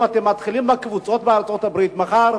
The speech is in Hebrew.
אם אתם מתחילים בקבוצות בארצות-הברית, מחר